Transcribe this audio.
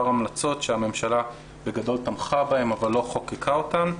המלצות שהממשלה בגדול תמכה בהן אבל לא חוקקה אותן.